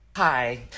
Hi